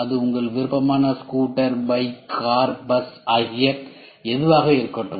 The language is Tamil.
இது உங்கள் விருப்பமான ஸ்கூட்டர் பைக் கார் பஸ் ஆகிய எதுவாகவும் இருக்கட்டும்